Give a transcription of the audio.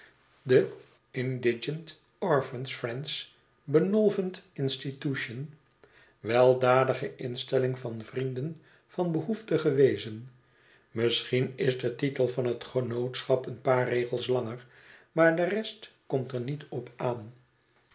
de indigent orphans friends benevolent institution weldadige instelling van vrienden van behoeftige weezen misschien is de titel van het genootschap een paar regels langer maar de rest komt er niet op aan